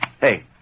Hey